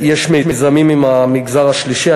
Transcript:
יש מיזמים עם המגזר השלישי,